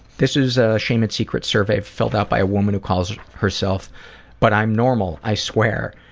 this is a shame and secrets survey filled out by a woman who calls herself but i'm normal, i swear.